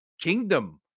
kingdom